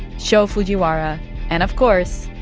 sho fujiwara and, of course,